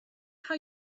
how